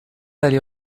aller